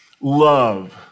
love